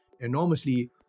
enormously